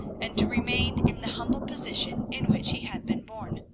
and to remain in the humble position in which he had been born.